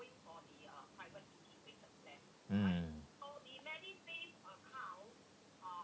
mm